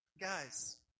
guys